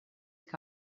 que